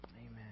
Amen